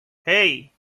hey